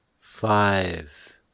five